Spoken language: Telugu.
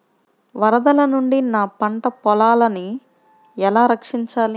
వరదల నుండి నా పంట పొలాలని ఎలా రక్షించాలి?